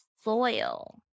soil